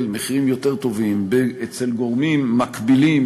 מחירים יותר טובים אצל גורמים מקבילים,